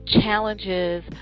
challenges